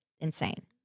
insane